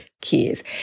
kids